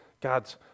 God's